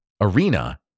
arena